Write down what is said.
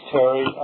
Terry